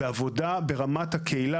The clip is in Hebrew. ועבודה ברמת הקהילה